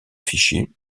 fichiers